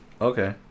Okay